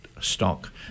stock